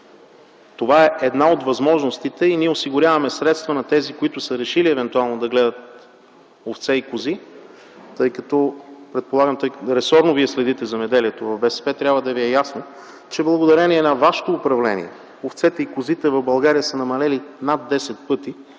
Това е една от възможностите и ние осигуряваме средства на тези, които са решили евентуално да гледат овце и кози. Предполагам, ресорно Вие следите земеделието в БСП и трябва да Ви е ясно, че благодарение на вашето управление овцете и козите в България са намалели над 10 пъти.